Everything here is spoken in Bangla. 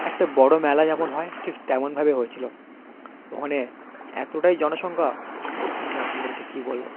একটা বড়ো মেলা যেমন হয় ঠিক তেমনভাবেই হয়েছিলো ওকানে এতোটাই জনসংখ্যা যে আপনাদেরকে কী বলবো